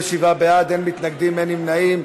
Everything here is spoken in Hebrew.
27 בעד, אין מתנגדים, אין נמנעים.